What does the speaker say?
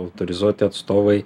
autorizuoti atstovai